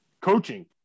coaching